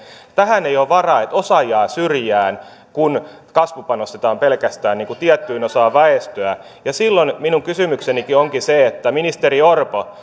tähän ei ole varaa että osa jää syrjään kun kasvu panostetaan pelkästään tiettyyn osaan väestöä silloin minun kysymykseni onkin onkin se ministeri orpo